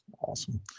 Awesome